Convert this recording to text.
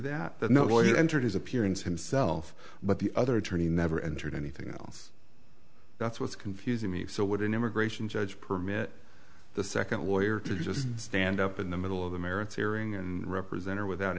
nobody entered his appearance himself but the other attorney never entered anything else that's what's confusing me so would an immigration judge permit the second lawyer to just stand up in the middle of the merits hearing and represent or without